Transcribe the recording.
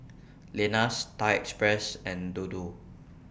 Lenas Thai Express and Dodo